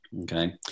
okay